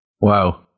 Wow